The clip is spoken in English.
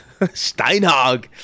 steinhog